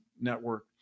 network